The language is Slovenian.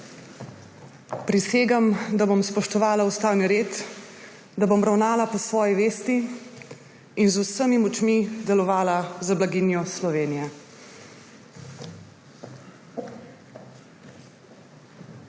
Prisegam, da bom spoštovala ustavni red, da bom ravnala po svoji vesti in z vsemi svojimi močmi delovala za blaginjo Slovenije.